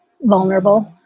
vulnerable